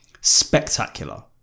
spectacular